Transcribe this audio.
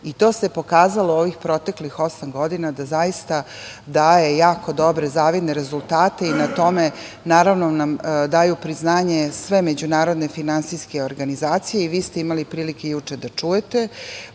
To se pokazalo ovih proteklih osam godina, da zaista daje jako dobre zavidne rezultate i na tome nam daju priznanje sve međunarodne finansijske organizacije. Vi ste imali prilike juče da čujete